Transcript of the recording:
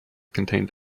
contained